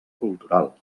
cultural